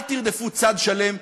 אל תרדפו צד שלם,